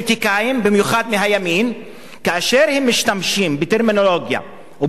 כאשר הם משתמשים בטרמינולוגיה או במושגים שהם גזעניים,